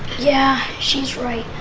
yeah, she's right.